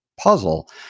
puzzle